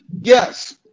yes